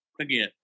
Again